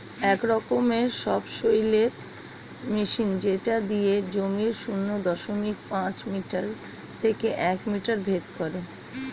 এক রকমের সবসৈলের মেশিন যেটা দিয়ে জমির শূন্য দশমিক পাঁচ মিটার থেকে এক মিটার ভেদ করে